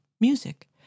music